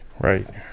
Right